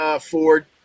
Ford